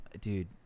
dude